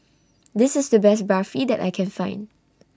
This IS The Best Barfi that I Can Find